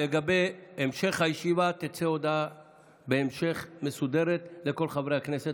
לגבי המשך הישיבה תצא בהמשך הודעה מסודרת לכל חברי הכנסת.